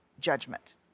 judgment